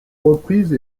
reprise